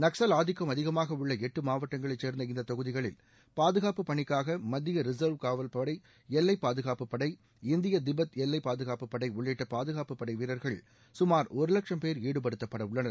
நக்சல் ஆதிக்கம் அதிகமாக உள்ள எட்டு மாவட்டங்களைச் சேர்ந்த இந்த தொகுதிகளில் பாதுகாப்பு பணிக்காக மத்திய ரிசர்வ் காவல்படை எல்லை பாதுகாப்புப்படை இந்திய திபெத் எல்லைப்பாதுகாப்புப் படை ஹெலிகாப்டர்களும் பாதுகாப்பு பணியில் ஈடுபடுத்தப்பட்டுள்ளனர்